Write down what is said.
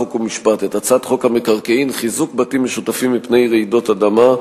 חוק ומשפט את הצעת חוק המקרקעין (חיזוק בתים משותפים מפני רעידות אדמה)